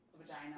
vagina